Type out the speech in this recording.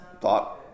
thought